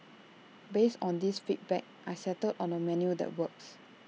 based on these feedback I settled on A menu that works